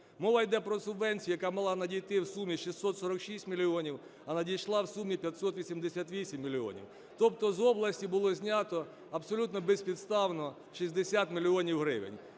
Мова йде про субвенції, яка мала б надійти в сумі 646 мільйонів, а надійшла в сумі 588 мільйонів. Тобто з області було знято абсолютно безпідставно 60 мільйонів